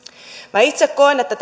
minä itse koen että